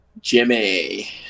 Jimmy